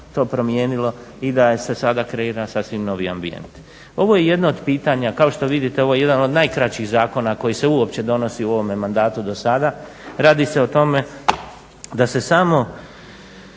to promijenilo i da se sada kreira sasvim novi ambijent. Ovo je jedno od pitanja, kao što vidite ovo je jedan od najkraćih zakona koji se uopće donosi u ovome mandatu dosada. Radi se o tome da se samo